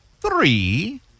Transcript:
three